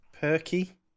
perky